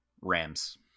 Rams